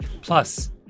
Plus